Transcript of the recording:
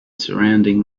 surrounding